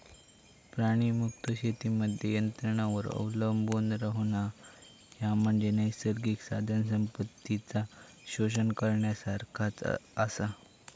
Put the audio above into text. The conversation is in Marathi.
प्राणीमुक्त शेतीमध्ये यंत्रांवर अवलंबून रव्हणा, ह्या म्हणजे नैसर्गिक साधनसंपत्तीचा शोषण करण्यासारखाच आसा